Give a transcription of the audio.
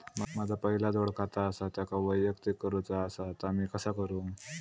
माझा पहिला जोडखाता आसा त्याका वैयक्तिक करूचा असा ता मी कसा करू?